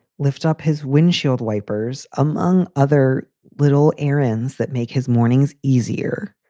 lift up his windshield wipers, among other little errands that make his mornings easier.